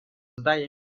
zdaje